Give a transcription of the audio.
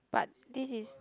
but this is